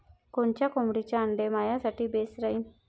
कोनच्या कोंबडीचं आंडे मायासाठी बेस राहीन?